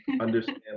understand